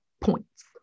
points